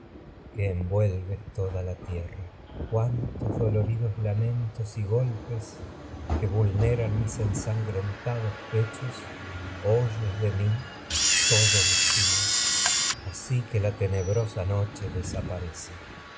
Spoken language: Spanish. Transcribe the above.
que envuelves toda la tierra cuántos doloridos lamentos y golpes que mis vulneran ensangrentados pechos oyes de mí todos tragedias de sófocles los días así que la tenebrosa noche los desaparece